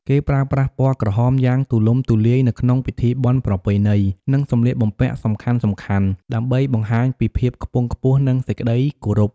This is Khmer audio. គេប្រើប្រាស់ពណ៌ក្រហមយ៉ាងទូលំទូលាយនៅក្នុងពិធីបុណ្យប្រពៃណី និងសម្លៀកបំពាក់សំខាន់ៗ ដើម្បីបង្ហាញពីភាពខ្ពង់ខ្ពស់ និងសេចក្តីគោរព។